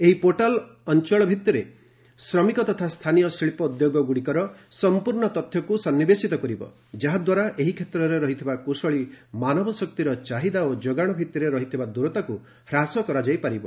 ଏହି ପୋର୍ଟାଲ୍ ଅଞ୍ଚଳ ଭିତ୍ତିରେ ଶ୍ରମିକ ତଥା ସ୍ଥାନୀୟ ଶିଳ୍ପ ଉଦ୍ୟୋଗଗୁଡ଼ିକର ସଂପୂର୍ଣ୍ଣ ତଥ୍ୟକୁ ସନ୍ନିବେଶିତ କରିବ ଯାହାଦ୍ୱାରା ଏହି କ୍ଷେତ୍ରରେ ରହିଥିବା କୁଶଳୀ ମାନବ ସମ୍ଭଳର ଚାହିଦା ଓ ଯୋଗାଣ ଭିତରେ ରହିଥିବା ଦୂରତାକୁ ହ୍ରାସ କରାଯାଇ ପାରିବ